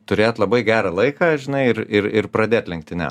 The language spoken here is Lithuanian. turėt labai gerą laiką žinai ir ir ir pradėt lenktynes